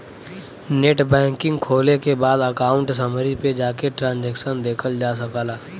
net banking खोले के बाद अकाउंट समरी पे जाके ट्रांसैक्शन देखल जा सकला